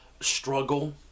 struggle